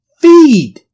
feed